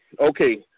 Okay